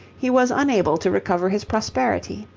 he was unable to recover his prosperity.